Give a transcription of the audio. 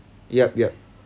yup yup